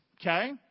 okay